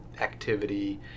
activity